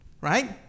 Right